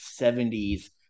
70s